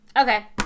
Okay